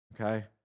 Okay